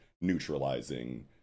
neutralizing